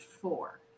four